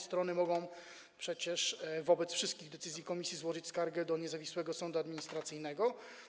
Strony przecież mogą na wszystkie decyzje komisji złożyć skargę do niezawisłego sądu administracyjnego.